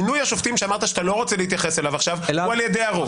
מינוי השופטים שאמרת שאתה לא רוצה להתייחס אליו עכשיו הוא על ידי הרוב.